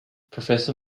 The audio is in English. professor